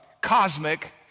cosmic